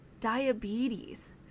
diabetes